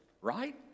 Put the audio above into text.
right